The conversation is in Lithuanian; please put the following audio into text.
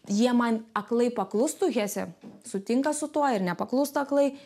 jie man aklai paklustų hesė sutinka su tuo ir nepaklūsta aklai